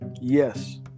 Yes